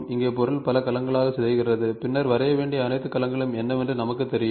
இங்கே பொருள் பல கலங்களாக சிதைகிறது பின்னர் வரைய வேண்டிய அனைத்து கலங்களும் என்னவென்று நமக்குத் தெரியும்